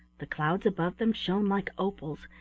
the clouds above them shone like opals,